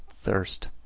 thirst